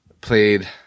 played